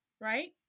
right